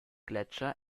gletscher